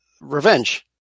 revenge